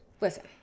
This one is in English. Listen